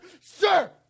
sir